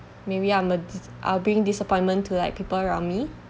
maybe I'm a dis~ I'll bring disappointment to like people around me